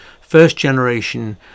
first-generation